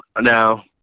now